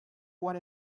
what